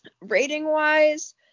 Rating-wise